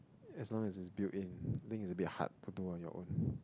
as long as is build in think is a bit hard to do on your own